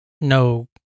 no